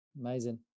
Amazing